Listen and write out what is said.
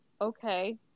Okay